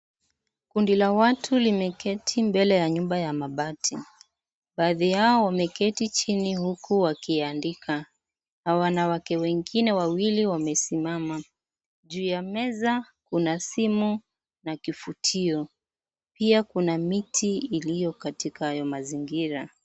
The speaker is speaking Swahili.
Kundi la watu limeketi mbele ya nyumba ya mabati. Baadhi yao wameketi chini huku wakiandika, na wanawake wengine wawili wamesimama juu ya meza ,kuna simu na kifutio pia kuna miti iliyo katika hayo mazingira.